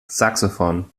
saxophon